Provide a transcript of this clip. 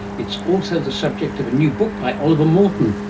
it's also the subject of a new book by oliver morton,